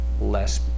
less